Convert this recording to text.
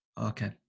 Okay